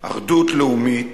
אחדות לאומית